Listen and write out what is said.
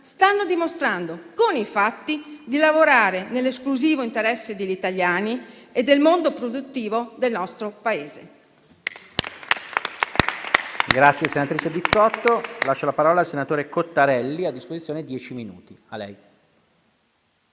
stanno dimostrando con i fatti di lavorare nell'esclusivo interesse degli italiani e del mondo produttivo del nostro Paese.